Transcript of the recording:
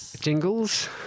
jingles